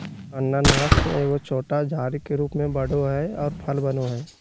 अनानास एगो छोटा झाड़ी के रूप में बढ़ो हइ और फल बनो हइ